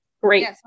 Great